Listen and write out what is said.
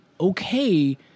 okay